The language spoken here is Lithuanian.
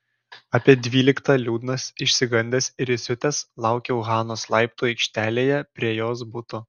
apie dvyliktą liūdnas išsigandęs ir įsiutęs laukiau hanos laiptų aikštelėje prie jos buto